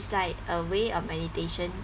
it's like a way of meditation